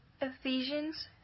Ephesians